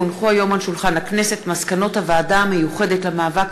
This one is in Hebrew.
כי הונחו היום על שולחן הכנסת מסקנות הוועדה המיוחדת למאבק